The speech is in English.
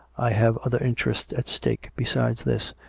i have other interests at stake besides this,